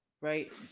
Right